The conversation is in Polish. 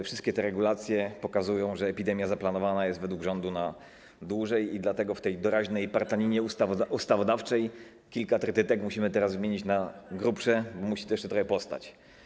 Wszystkie te regulacje pokazują, że epidemia zaplanowana jest według rządu na dłużej i dlatego w tej doraźnej partaninie ustawodawczej kilka trytytek musimy teraz wymienić na grubsze, musi to jeszcze trochę postać.